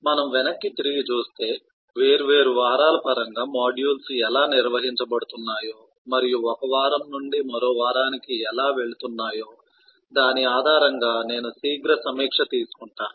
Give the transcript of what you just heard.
కాబట్టి మనం వెనక్కి తిరిగి చూస్తే వేర్వేరు వారాల పరంగా మాడ్యూల్స్ ఎలా నిర్వహించబడుతున్నాయో మరియు ఒక వారం నుండి మరో వారానికి ఎలా వెళుతున్నాయో దాని ఆధారంగా నేను శీఘ్ర సమీక్ష తీసుకుంటాను